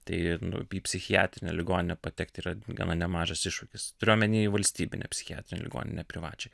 tai į psichiatrinę ligoninę patekti yra gana nemažas iššūkis turiu omeny valstybinę psichiatrinę ligoninę privačią